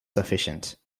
sufficient